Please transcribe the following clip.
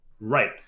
Right